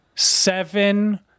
seven